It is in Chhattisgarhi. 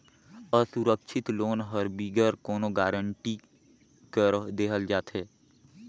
असुरक्छित लोन हर बिगर कोनो गरंटी कर देहल जाथे